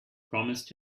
promised